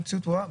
המציאות ברורה,